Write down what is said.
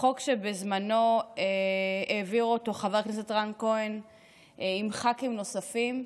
חוק שבזמנו העביר אותו חבר הכנסת רן כהן עם ח"כים נוספים,